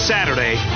Saturday